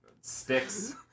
Sticks